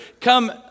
come